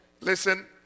Listen